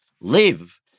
live